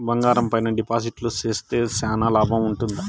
బంగారం పైన డిపాజిట్లు సేస్తే చానా లాభం ఉంటుందా?